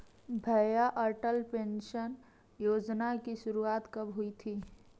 भैया अटल पेंशन योजना की शुरुआत कब हुई थी?